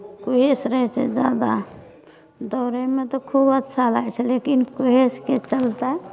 कुहेस रहय छै जादा दौड़एमे तऽ खूब अच्छा लागैत छै लेकिन कुहेसके चलते